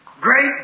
Great